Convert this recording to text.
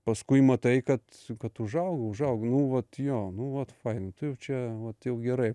paskui matai kad kad užaugo užaugo nu vat jo nu vat fainai tu jau čia vat jau gerai